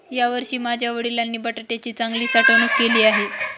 यावर्षी माझ्या वडिलांनी बटाट्याची चांगली साठवणूक केली आहे